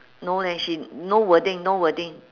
no leh she no wording no wording